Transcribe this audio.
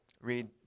read